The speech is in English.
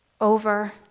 over